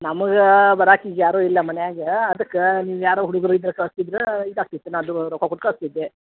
ನಮಗೆ ಬರಕ್ಕ ಈಗ ಯಾರು ಇಲ್ಲ ಮನೆಯಾಗ ಅದಕ್ಕೆ ನೀವು ಯಾರ ಹುಡ್ಗುರು ಇದ್ರೆ ಕಳ್ಸಿದ್ರೆ ಇದು ಆಗ್ತಿತ್ತು ನಾ ಅದು ರೊಕ್ಕ ಕೊಟ್ಟು ಕಳಿಸ್ತಿದ್ದೆ